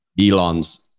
Elon's